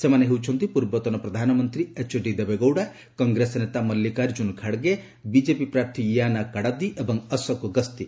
ସେମାନେ ହେଉଛନ୍ତି ପୂର୍ବତନ ପ୍ରଧାନମନ୍ତ୍ରୀ ଏଚ୍ଡି ଦେବେଗୌଡ଼ା କଂଗ୍ରେସ ନେତା ମଲ୍ଲିକାର୍ଜୁନ ଖଡ୍ଗେ ବିଜେପି ପ୍ରାର୍ଥୀ ଇଆନା କାଡାଦି ଏବଂ ଅଶୋକ ଗସ୍ତି